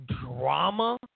drama